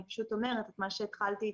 אני פשוט אומרת את מה שהתחלתי איתו,